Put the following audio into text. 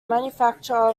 manufacture